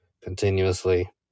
continuously